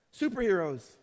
superheroes